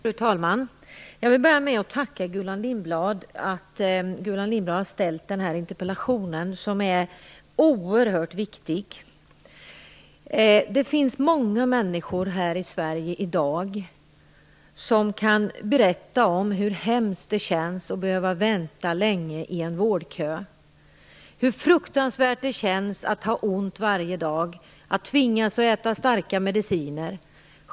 Fru talman! Jag vill börja med att tacka Gullan Lindblad för att hon har ställt denna interpellation, som är oerhört viktig. Det finns många människor här i Sverige i dag som kan berätta om hur hemskt det känns att behöva vänta länge i en vårdkö, hur fruktansvärt det känns att ha ont varje dag och att tvingas att äta starka mediciner.